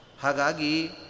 Hagagi